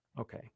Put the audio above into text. Okay